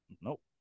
Nope